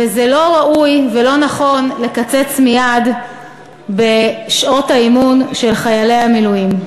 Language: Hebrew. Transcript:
וזה לא ראוי ולא נכון לקצץ מייד בשעות האימון של חיילי המילואים.